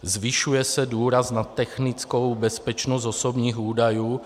Zvyšuje se důraz na technickou bezpečnost osobních údajů.